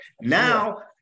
now